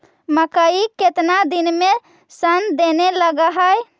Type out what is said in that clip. मकइ केतना दिन में शन देने लग है?